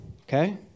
okay